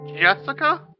Jessica